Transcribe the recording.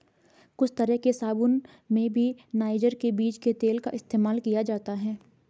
कुछ तरह के साबून में भी नाइजर के बीज के तेल का इस्तेमाल किया जाता है